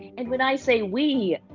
and when i say we,